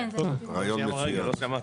רעיון מצוין.